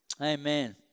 Amen